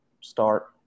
start